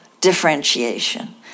differentiation